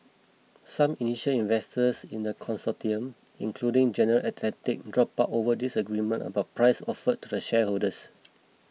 some initial investors in the consortium including General Atlantic dropped out over disagreement about price offered to the shareholders